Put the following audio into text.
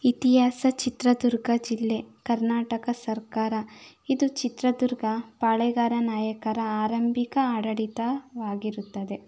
ಇತಿಹಾಸ ಚಿತ್ರದುರ್ಗ ಜಿಲ್ಲೆ ಕರ್ನಾಟಕ ಸರ್ಕಾರ ಇದು ಚಿತ್ರದುರ್ಗ ಪಾಳೆಗಾರ ನಾಯಕರ ಆರಂಭಿಕ ಆಡಳಿತವಾಗಿರುತ್ತದೆ